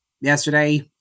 yesterday